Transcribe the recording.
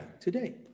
today